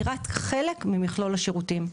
היא רק חלק ממכלול השירותים.